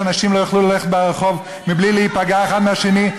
אתם רוצים שאנשים לא יוכלו ללכת ברחוב בלי להיפגע אחד מהשני?